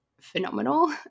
phenomenal